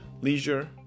leisure